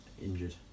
injured